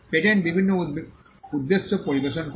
patent বিভিন্ন উদ্দেশ্যে পরিবেশন করে